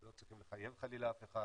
לא צריכים לחייב חלילה אף אחד,